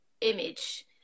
image